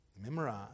memorize